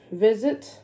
visit